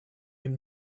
him